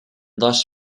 thus